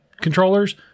controllers